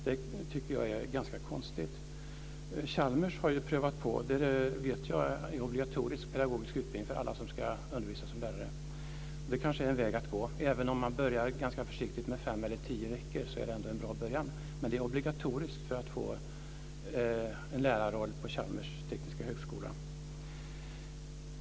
Jag tycker att det är ganska konstigt. Chalmers har prövat på en obligatorisk pedagogisk utbildning för alla som ska undervisa som lärare. Det kanske är en väg att gå. Även om man börjar ganska försiktigt med fem eller tio veckor är det ändå en bra början. Men det är obligatoriskt för att man ska få en lärarroll på Chalmers tekniska högskola.